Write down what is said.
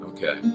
Okay